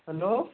hell